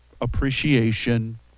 appreciation